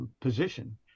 position